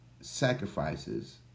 sacrifices